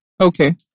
okay